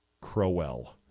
Crowell